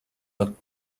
looked